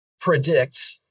predict